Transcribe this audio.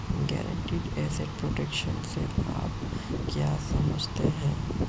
Guaranteed asset protection से आप क्या समझते हैं?